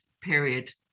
period